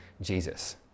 Jesus